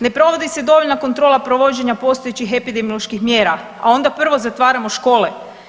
Ne provodi se dovoljna kontrola provođenja postojećih epidemioloških mjera, a onda prvo zatvaramo škole.